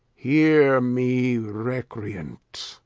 hear me, recreant!